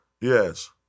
Yes